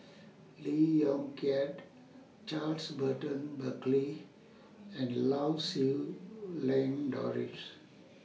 Lee Yong Kiat Charles Burton Buckley and Lau Siew Lang Doris